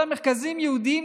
אותם מרכזים יהודיים,